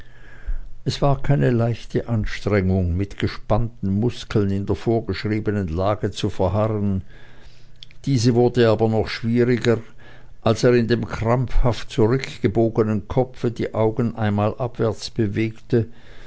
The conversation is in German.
es war keine leichte anstrengung mit gespannten muskeln in der vorgeschriebenen lage zu verharren diese wurde aber noch schwieriger als er in dem krampfhaft zurückgebogenen kopfe die augen einmal abwärts bewegte